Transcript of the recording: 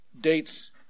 dates